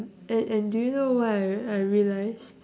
and and do you know what I I realised